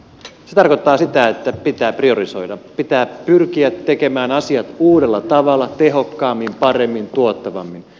se tarkoittaa sitä että pitää priorisoida pitää pyrkiä tekemään asiat uudella tavalla tehokkaammin paremmin tuottavammin